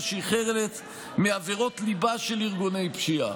שהיא חלק מעבירות ליבה של ארגוני פשיעה,